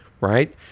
right